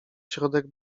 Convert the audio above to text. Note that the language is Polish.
środek